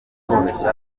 ubuzima